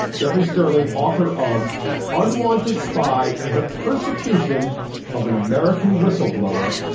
jeffrey sterling, author of unwanted spy the persecution of an american whistleblower.